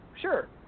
sure